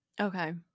Okay